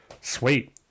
Sweet